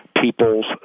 people's